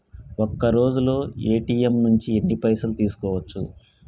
ఒక్కరోజులో ఏ.టి.ఎమ్ నుంచి ఎన్ని పైసలు తీసుకోవచ్చు?